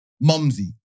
mumsy